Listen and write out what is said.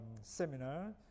seminar